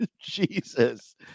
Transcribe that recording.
Jesus